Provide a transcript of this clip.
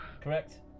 Correct